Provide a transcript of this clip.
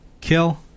kill